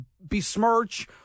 besmirch